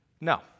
no